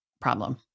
problem